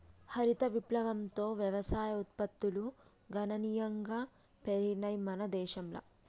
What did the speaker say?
హరిత విప్లవంతో వ్యవసాయ ఉత్పత్తులు గణనీయంగా పెరిగినయ్ మన దేశంల